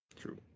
True